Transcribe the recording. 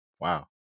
Wow